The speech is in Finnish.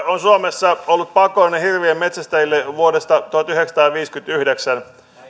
on suomessa ollut pakollinen hirvien metsästäjille vuodesta tuhatyhdeksänsataaviisikymmentäyhdeksän